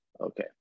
okay